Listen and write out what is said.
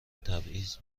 تبعیض